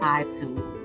iTunes